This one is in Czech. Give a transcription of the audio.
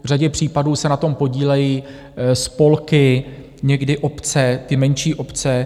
V řadě případů se na tom podílejí spolky, někdy obce, ty menší obce.